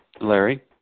Larry